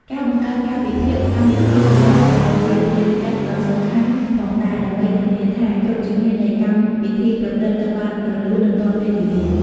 ការបង្កើតកាលវិភាគកម្មពិធីលម្អិតក៏ជាភារកិច្ចដ៏សំខាន់ផងដែរ ដើម្បីធានាថាគ្រប់ជំហាននៃកម្មពិធីប្រព្រឹត្តទៅបានរលូន និងទាន់ពេលវេលា។